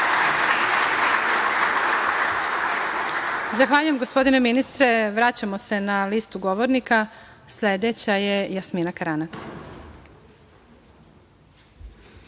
Zahvaljujem, gospodine ministre. Vraćamo se na listu govornika. Sledeća je Jasmina Karanac.